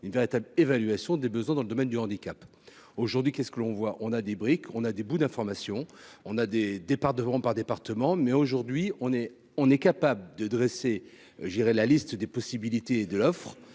une véritable évaluation des besoins dans le domaine du handicap aujourd'hui, qu'est ce que l'on voit, on a des briques, on a des bouts d'information, on a des départs devront par département, mais aujourd'hui on est, on est capable de dresser, je dirai, la liste des possibilités de l'offre,